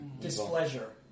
displeasure